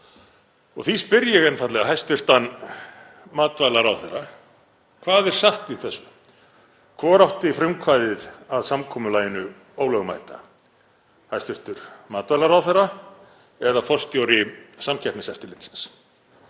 Því spyr ég einfaldlega hæstv. matvælaráðherra: Hvað er satt í þessu? Hvor átti frumkvæðið að samkomulaginu ólögmæta, hæstv. matvælaráðherra eða forstjóri Samkeppniseftirlitsins?